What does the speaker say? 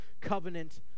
covenant